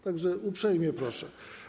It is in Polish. Tak że uprzejmie proszę.